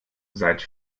seit